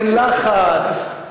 אין לחץ.